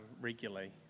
regularly